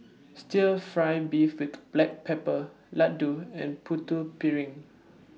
Stir Fry Beef with Black Pepper Laddu and Putu Piring